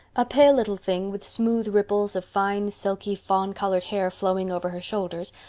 a pale little thing, with smooth ripples of fine, silky, fawn-colored hair flowing over her shoulders,